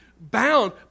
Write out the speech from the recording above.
Bound